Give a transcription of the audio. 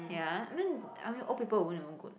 ya I mean I mean old people won't even go